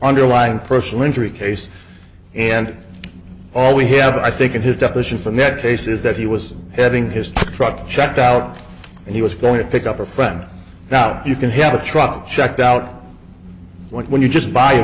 underlying personal injury case and all we have i think in his deposition from that case is that he was having his truck checked out and he was going to pick up a friend now that you can have a truck checked out when you just buy a